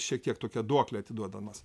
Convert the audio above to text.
šiek tiek tokia duokle atiduodamas